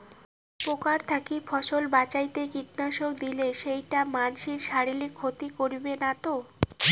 পোকার থাকি ফসল বাঁচাইতে কীটনাশক দিলে সেইটা মানসির শারীরিক ক্ষতি করিবে না তো?